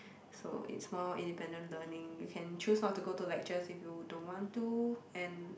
so it's more independent learning you can choose not to go to lectures if you don't want to and